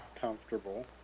comfortable